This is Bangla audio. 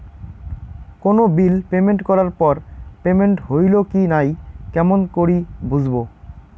কোনো বিল পেমেন্ট করার পর পেমেন্ট হইল কি নাই কেমন করি বুঝবো?